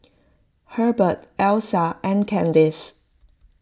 Herbert Elissa and Kandice